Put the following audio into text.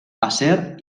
acer